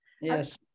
yes